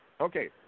okay